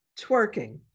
twerking